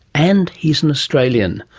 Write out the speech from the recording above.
and he's an australian.